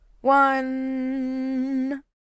one